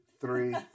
three